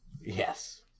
Yes